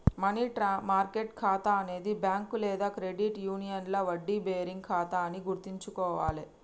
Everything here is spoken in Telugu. మనీ మార్కెట్ ఖాతా అనేది బ్యాంక్ లేదా క్రెడిట్ యూనియన్లో వడ్డీ బేరింగ్ ఖాతా అని గుర్తుంచుకోవాలే